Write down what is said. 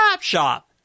Shop